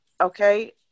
Okay